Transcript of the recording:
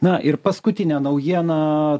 na ir paskutinę naujieną